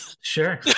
sure